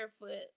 barefoot